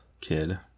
kid